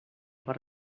per